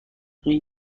این